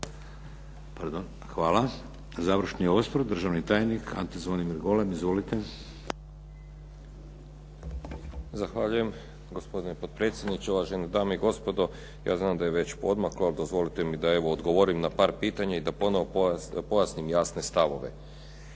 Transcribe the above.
Hvala. Završni osvrt, državni tajnik Ante Zvonimir Golem. Izvolite. **Golem, Ante Zvonimir** Zahvaljujem. Gospodine potpredsjedniče, uvažene dame i gospodo. Ja znam da je već poodmaklo, ali dozvolite mi da evo odgovorim na par pitanja i da ponovo pojasnim jasne stavove.